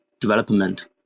development